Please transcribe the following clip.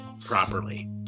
properly